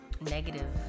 negative